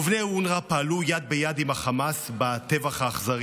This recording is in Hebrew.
עובדי אונר"א פעלו יד ביד עם החמאס בטבח האכזרי